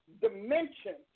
dimension